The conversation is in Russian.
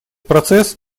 процесс